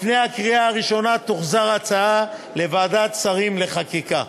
לפני הקריאה הראשונה תוחזר ההצעה לוועדת שרים לחקיקה.